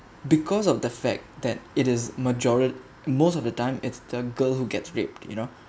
because of the fact that it is majori~ most of the time it's the girl who gets raped you know